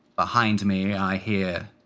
behind me, i hear,